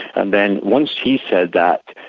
and then once he's said that,